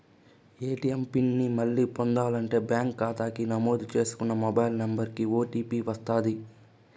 ATM pin ని మళ్ళీ పొందాలంటే బ్యాంకు కాతాకి నమోదు చేసుకున్న మొబైల్ నంబరికి ఓ.టీ.పి వస్తది